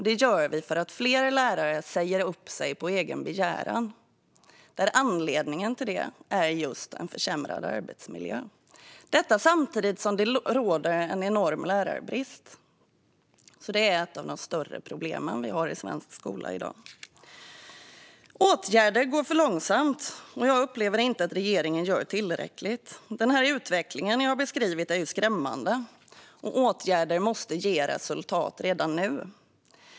Det är för att fler lärare säger upp sig på egen begäran, och anledningen till det är just en försämrad arbetsmiljö. Samtidigt råder det en enorm lärarbrist. Detta är ett av de större problemen i svensk skola i dag. Åtgärder går för långsamt, och jag upplever inte att regeringen gör tillräckligt. Den utveckling jag har beskrivit är skrämmande, och åtgärder måste ge resultat redan nu.